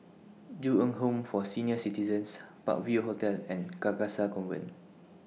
Ju Eng Home For Senior Citizens Park View Hotel and Carcasa Convent